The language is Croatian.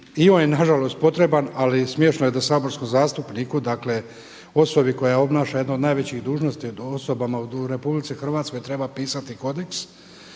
i on je nažalost potreban, ali smiješno je da saborskom zastupniku, osobi koja obnaša jednu od najvećih dužnosti osobama u RH treba pisati kodeks,